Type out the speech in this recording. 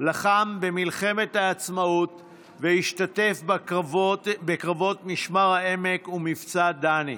לחם במלחמת העצמאות והשתתף בקרבות משמר העמק ומבצע דני,